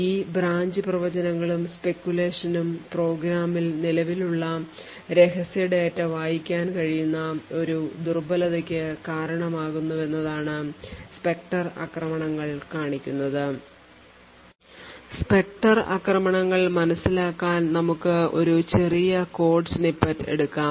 ഈ ബ്രാഞ്ച് പ്രവചനങ്ങളും speculation നും പ്രോഗ്രാമിൽ നിലവിലുള്ള രഹസ്യ ഡാറ്റ വായിക്കാൻ കഴിയുന്ന ഒരു ദുർബലതയ്ക്ക് കാരണമാകുമെന്നതാണ് സ്പെക്ടർ ആക്രമണങ്ങൾ കാണിക്കുന്നത് സ്പെക്ടർ ആക്രമണങ്ങൾ മനസിലാക്കാൻ നമുക്ക് ഒരു ചെറിയ code snippet എടുക്കാം